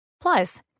Plus